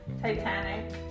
Titanic